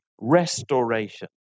restoration